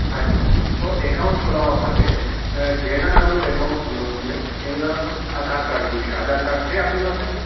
હા જી તો એકાઉન્ટ ખોલાવવા માટે જેના નામનું એકાઉન્ટ ખોલવું છે એમનું આધારકાર્ડ જોઈશે આધારકાર્ડ છે આપની પાસે